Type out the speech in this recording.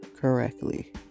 correctly